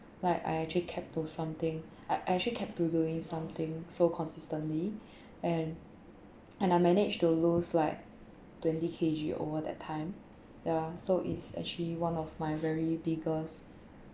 like I actually kept to something I actually kept to doing something so consistently and and I managed to lose like twenty K_G over that time yeah so it's actually one of my very biggest